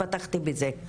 פתחתי בזה.